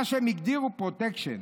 מה שהם הגדירו פרוטקשן.